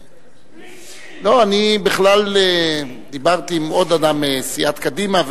אני בכלל דיברתי עם עוד אדם מסיעת קדימה,